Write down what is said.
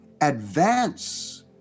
advance